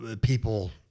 people